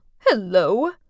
hello